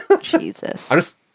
Jesus